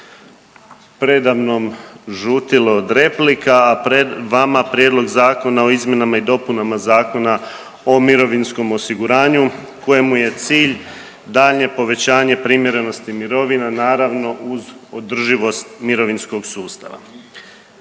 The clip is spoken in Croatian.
preda mnom žutilo od replika, a pred vama Prijedlog zakona o izmjenama i dopunama Zakona o mirovinskom osiguranju kojemu je cilj daljnje povećanje primjerenosti mirovina naravno uz održivost mirovinskog sustava.